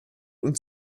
und